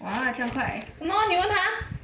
!hannor! 你问他